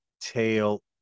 tail